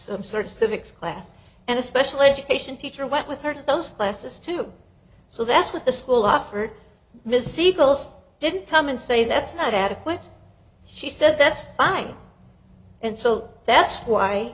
some sort of civics class and a special education teacher went with her to those classes too so that's what the school offered miss siegel's didn't come and say that's not adequate she said that's fine and so that's why